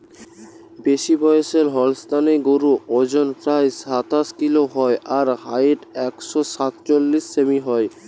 বেশিবয়সের Holstein গরুর অজন প্রায় সাতশ কিলো হয় আর হাইট একশ সাতচল্লিশ সেমি হয়